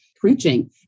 preaching